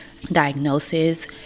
diagnosis